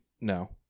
no